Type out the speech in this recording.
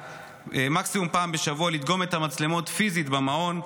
מקסימום פעם בשבוע לדגום את המצלמות פיזית במעון,